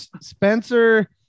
spencer